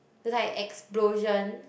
like explosion